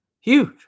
Huge